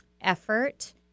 effort